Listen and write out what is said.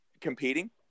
competing